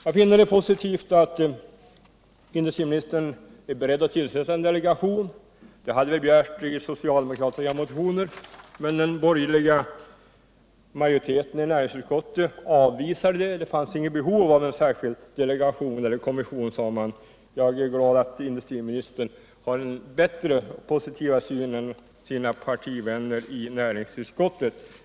Det är positivt att industriministern är beredd att tillsätta en delegation. Det hade vi begärt i socialdemokratiska motioner, men den borgerliga majoriteten i näringsutskottet avvisade förslaget; det fanns inget behov av en särskild delegation eller kommission, sade man. Jag är glad att industriministern har en bättre och mera positiv syn än sina partivänner i näringsutskottet.